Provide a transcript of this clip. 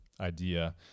idea